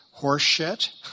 horseshit